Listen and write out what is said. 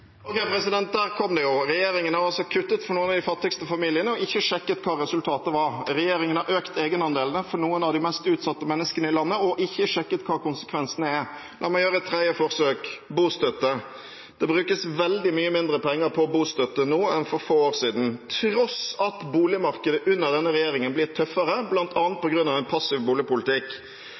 der kom det: Regjeringen har altså kuttet for noen av de fattigste familiene og ikke sjekket resultatet. Regjeringen har økt egenandelene for noen av de mest utsatte menneskene i landet og ikke sjekket hva konsekvensene er. La meg gjøre et tredje forsøk: bostøtte. Det brukes veldig mye mindre penger på bostøtte nå enn for få år siden, til tross for at boligmarkedet under denne regjeringen er blitt tøffere, bl.a. på grunn av en passiv boligpolitikk.